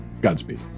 Godspeed